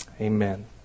amen